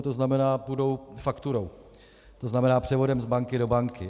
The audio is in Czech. To znamená, půjdou fakturou, to znamená převodem z banky do banky.